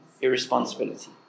irresponsibility